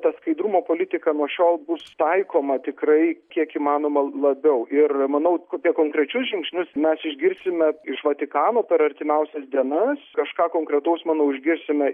ta skaidrumo politika nuo šiol bus taikoma tikrai kiek įmanoma labiau ir manau kokie konkrečius žingsnius mes išgirsime iš vatikano per artimiausias dienas kažką konkretaus manau išgirsime